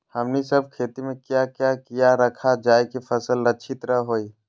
हमने सब खेती में क्या क्या किया रखा जाए की फसल अच्छी तरह होई?